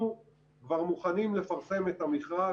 אנחנו כבר מוכנים לפרסם את המכרז.